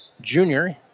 junior